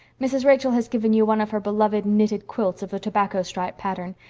mrs. rachel has given you one of her beloved knitted quilts of the tobacco stripe pattern,